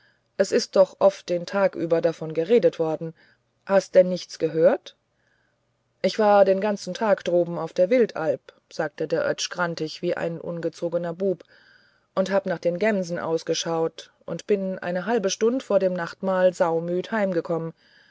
s ist doch oft den tag über davon geredet worden hast denn nichts gehört ich war den ganzen tag droben auf der wildalp sagt der oetsch grantig wie ein ungezogener bub und hab nach den gemsen ausgeschaut und bin eine halbe stund vor dem nachtmahl saumüd heimgekommen